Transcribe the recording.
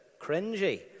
cringy